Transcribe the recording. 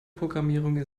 programmierung